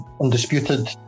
undisputed